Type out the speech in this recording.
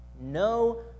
No